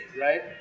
right